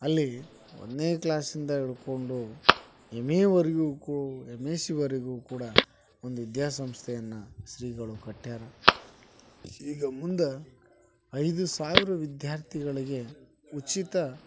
ಅಲ್ಲಿ ಒಂದನೇ ಕ್ಲಾಸಿಂದ ಹಿಡ್ಕೊಂಡು ಎಮ್ ಎವರೆಗೂ ಕೂ ಎಮ್ ಎಸ್ಸಿವರೆಗೂ ಕೂಡ ಒಂದು ವಿದ್ಯಾ ಸಂಸ್ಥೆಯನ್ನು ಶ್ರೀಗಳು ಕಟ್ಯಾರ ಈಗ ಮುಂದೆ ಐದು ಸಾವಿರ ವಿದ್ಯಾರ್ಥಿಗಳಿಗೆ ಉಚಿತ